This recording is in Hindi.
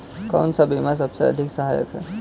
कौन सा बीमा सबसे अधिक सहायक है?